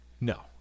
No